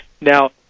Now